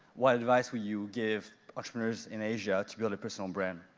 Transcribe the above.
what advice would you give entrepreneurs in asia to build a personal brand?